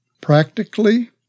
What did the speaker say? Practically